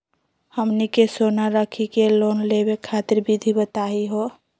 हमनी के सोना रखी के लोन लेवे खातीर विधि बताही हो?